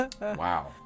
wow